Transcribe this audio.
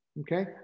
okay